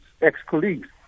ex-colleagues